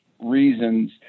reasons